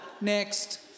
Next